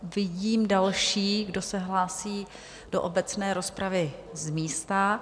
Vidím další, kdo se hlásí do obecné rozpravy z místa.